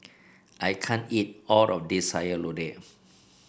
I can't eat all of this Sayur Lodeh